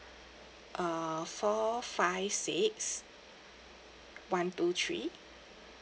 uh four five six one two three